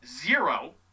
zero